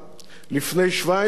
לפני 17 שנה